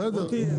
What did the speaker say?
בסדר.